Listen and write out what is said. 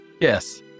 Yes